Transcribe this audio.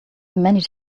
many